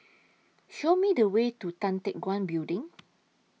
Show Me The Way to Tan Teck Guan Building